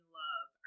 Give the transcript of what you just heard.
love